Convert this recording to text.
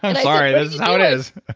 um sorry, this is how it is.